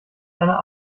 einer